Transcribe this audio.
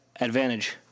Advantage